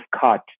cut